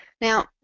Now